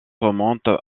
remonte